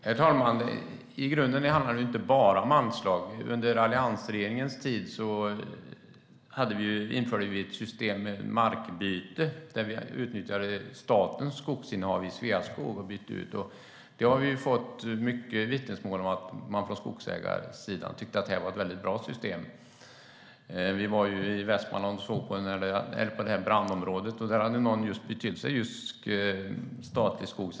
Herr talman! I grunden handlar det inte bara om anslag. Under alliansregeringens tid införde vi ett system med markbyte där vi utnyttjade statens skogsinnehav i Sveaskog. Vi har fått höra många vittnesmål om att skogsägarna tyckte att det var ett bra system. Vi besökte Västmanland för att se på brandområdet. Där hade någon just bytt till sig statlig skog.